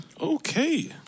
Okay